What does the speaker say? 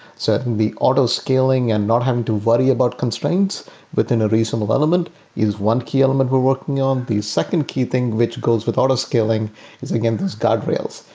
so the auto scaling and not having to worry about constraints within a reasonable element is one key element we're working on. the second key thing which goes with auto scaling is, again, those guardrails,